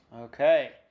Okay